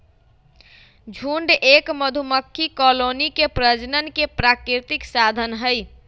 झुंड एक मधुमक्खी कॉलोनी के प्रजनन के प्राकृतिक साधन हई